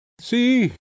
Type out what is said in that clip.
See